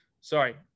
Sorry